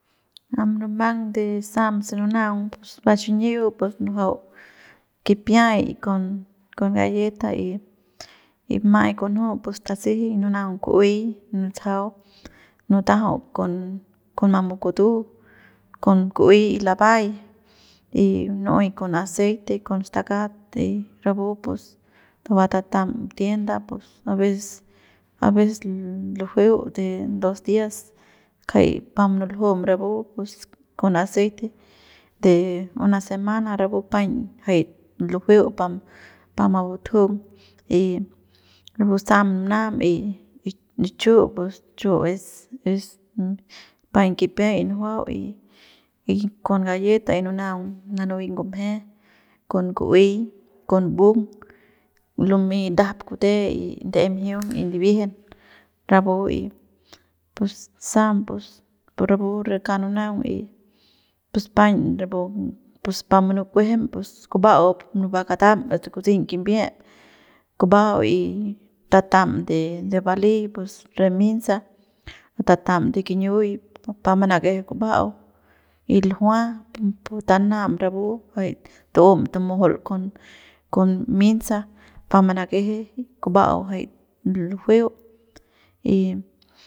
A munumang de sam se nunaung baxiñiu pus nujua kipiay kon kon galleta y ma'ay kunju pus tasejeiñ nunaung ku'uey nutsajau nutajau con mamu kutu con ku'uey y lapay y nu'uey con aceite con stakat de pu pus tuba tatam tienda pus a veces a veces lujueu de dos días kjay pa munuljum rapu pus con aceite de una semana rapu paiñ jay lujueu pa pa mubutujung y rapu sam nunam y chu pus chu es es es paiñ kipiay nujuau y y con galleta y con nunaung nanuy ngumje con ku'uey con mbung lumey ndajap kute y ndae mjiun y ndibiejen rapu y pus sam pus rapu re kauk nunaung y pus paiñ rapu pus pa munukuejem pus kuba'au munuba katam asta kutsiñ kimbiep kuba'au y tatam de bali pus re minsa tatam de kiñiuy pa manakeje kuba'au ljua pu pu tanam rapu jay tu'um tumujul con minsa pa manakeje kubau jay lujueu y.